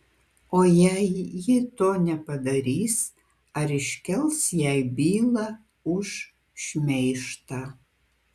o jei ji to nepadarys ar iškels jai bylą už šmeižtą